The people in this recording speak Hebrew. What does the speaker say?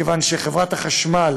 מכיוון שחברת החשמל